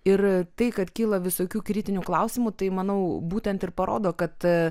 ir tai kad kyla visokių kritinių klausimų tai manau būtent ir parodo kad